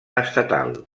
estatal